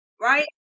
right